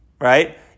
Right